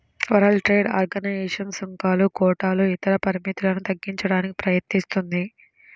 world trade organization సుంకాలు, కోటాలు ఇతర పరిమితులను తగ్గించడానికి ప్రయత్నిస్తుంది